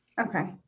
Okay